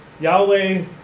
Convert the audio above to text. Yahweh